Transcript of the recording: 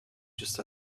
just